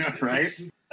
Right